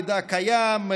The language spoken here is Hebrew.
המידע קיים,